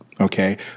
okay